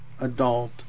adult